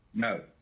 no.